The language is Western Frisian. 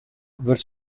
wurdt